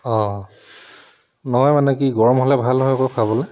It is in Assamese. নহয় মানে কি গৰম হ'লে ভাল হয় আকৌ খাবলৈ